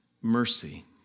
mercy